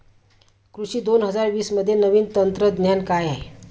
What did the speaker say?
कृषी दोन हजार वीसमध्ये नवीन तंत्रज्ञान काय आहे?